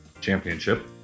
Championship